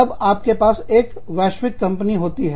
तब आपके पास एक वैश्विक कंपनी होती है